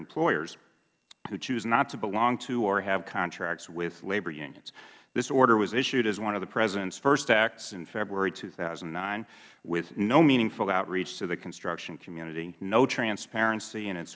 employers who choose not to belong to or have contracts with labor unions this order was issued as one of the president's first acts in february two thousand and nine with no meaningful outreach to the construction community no transparency in it